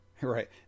right